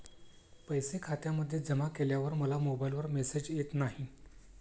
पैसे खात्यामध्ये जमा केल्यावर मला मोबाइलवर मेसेज येत नाही?